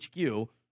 HQ